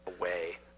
away